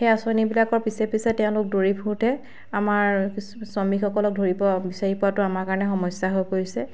সেই আঁচনিবিলাকৰ পিছে পিছে তেওঁলোক দৌৰি ফুৰোঁতে আমাৰ শ্ৰমিকসকলক ধৰিব বিচাৰি পোৱাটো আমাৰ কাৰণে সমস্যা হৈ পৰিছে